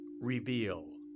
reveal